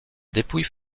dépouille